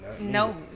No